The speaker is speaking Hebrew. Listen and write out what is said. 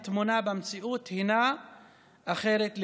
התמונה במציאות היא אחרת,